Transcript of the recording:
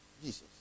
Jesus